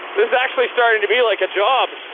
this is actually starting to be like a job.